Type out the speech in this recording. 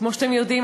כמו שאתם יודעים,